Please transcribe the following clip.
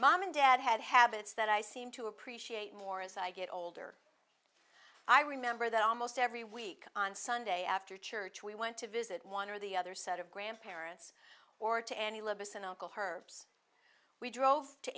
mom and dad had habits that i seem to appreciate more as i get older i remember that almost every week on sunday after church we went to visit one or the other set of grandparents or to any